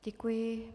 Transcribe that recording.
Děkuji.